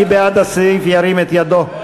מי בעד ההסתייגות הנוספת, ירים את ידו.